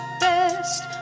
best